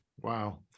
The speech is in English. Wow